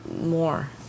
more